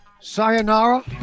Sayonara